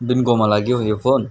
बिनकोमा लाग्यो यो फोन